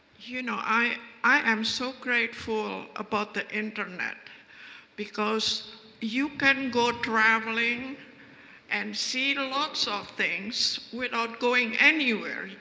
you know, i i am so grateful about the internet because you can go traveling and see lots of things without going anywhere,